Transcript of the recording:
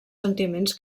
sentiments